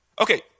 Okay